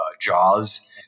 Jaws